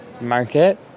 Market